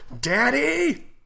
Daddy